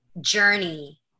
journey